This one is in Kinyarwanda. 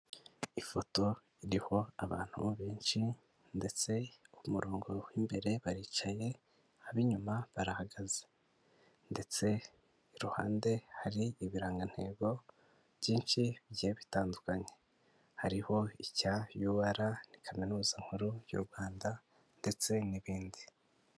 Ifoto iriho abantu benshi ndetse ku murongo w'imbere baricaye ab'inyuma barahagaze ndetse iruhande hari ibirangantego byinshi bye bitandukanye hariho icya UR ni kaminuza nkuru y'u Rwanda ndetse n'ibindi.